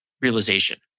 realization